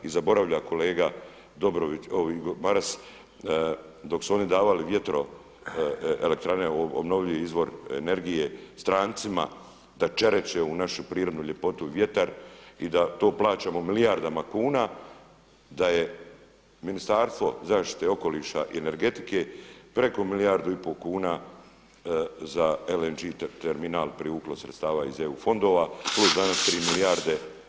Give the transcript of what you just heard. I zaboravlja kolega Maras dok su oni davali vjetroelektrane u obnovljivi izvor energije strancima da čereče ovu našu prirodnu ljepotu i vjetar i da to plaćamo u milijardama kuna, da je Ministarstvo zaštite okoliša i energetike preko milijardu i pol kuna za LNG Terminal privuklo sredstava iz eu fondova plus danas tri milijarde.